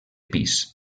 pis